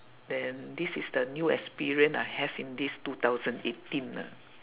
then this is the new experience I have in this two thousand eighteen lah